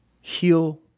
heal